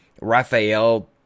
Raphael